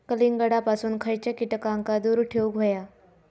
कलिंगडापासून खयच्या कीटकांका दूर ठेवूक व्हया?